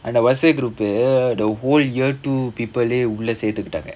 and the WhatsApp group the whole year two people leh உள்ள சேத்துக்குட்டாங்க:ulla saethukkuttaanga